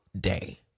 day